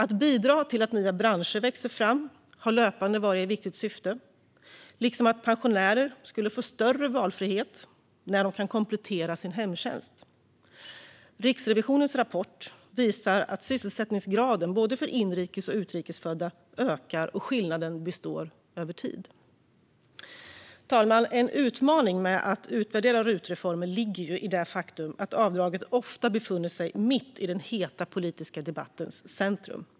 Att bidra till att nya branscher växer fram har löpande varit ett viktigt syfte, liksom att pensionärer ska få större valfrihet när de kan komplettera sin hemtjänst. Riksrevisionens rapport visar att sysselsättningsgraden, både för inrikes och utrikes födda, ökar och att skillnaden består över tid. Fru talman! En utmaning med att utvärdera RUT-reformen ligger i det faktum att avdraget ofta befunnit sig mitt i den heta politiska debattens centrum.